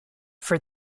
for